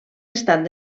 estat